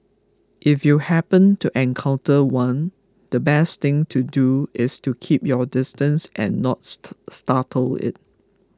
if you happen to encounter one the best thing to do is to keep your distance and not startle it